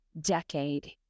decade